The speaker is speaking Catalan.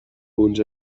punts